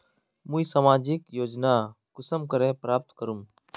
मुई सामाजिक योजना कुंसम करे प्राप्त करूम?